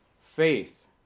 faith